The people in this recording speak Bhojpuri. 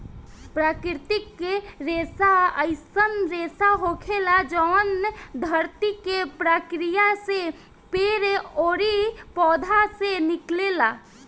प्राकृतिक रेसा अईसन रेसा होखेला जवन धरती के प्रक्रिया से पेड़ ओरी पौधा से निकलेला